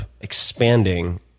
expanding